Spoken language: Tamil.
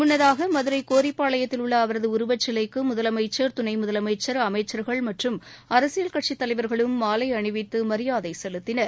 முன்னதாக மதுரைகோரிப்பாளையத்தில் உள்ள அவரதுஉருவச்சிலைக்குமுதலமைச்சர் துணைமுதலமைச்சர் அமைச்சர்கள் மற்றும் அரசியல் கட்சித்தலைவர்களும் மாலைஅணிவித்துமரியாதைசெலுத்தினர்